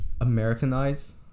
americanize